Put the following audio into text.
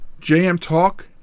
JmTalk